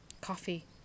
coffee